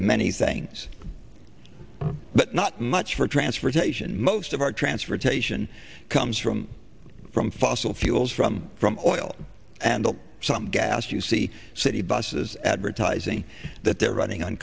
many things but not much for transportation most of our transportation comes from from fossil fuels from from oil and the some gas you see city buses advertising that they're running on